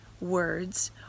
words